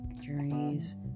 journeys